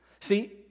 See